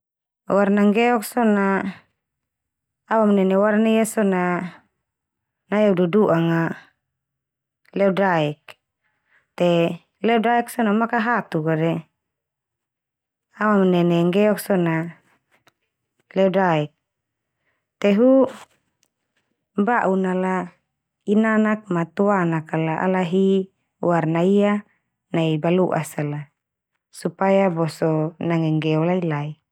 Warna nggeok so na, awamanene warna ia so na nai au dudu'anga leodaek. Te leodaek so na makahatuk a de, awamanene nggeok so na leodaek. Te hu, ba'un nala, inanak ma toanak kala ala hi warna ia nai baloas ala supaya boso nanggenggeo lai-lai.